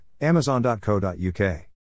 Amazon.co.uk